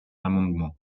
amendement